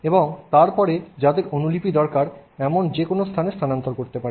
এবং তারপরে যাদের অনুলিপি দরকার এরকম যেকোন স্থানে স্থানান্তর করতে পারেন